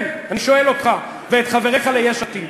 כן, אני שואל אותך ואת חבריך ליש עתיד.